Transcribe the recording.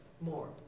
more